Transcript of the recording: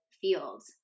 fields